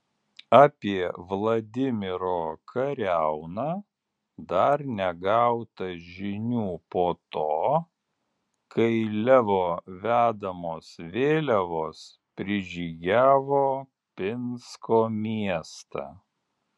apie vladimiro kariauną dar negauta žinių po to kai levo vedamos vėliavos prižygiavo pinsko miestą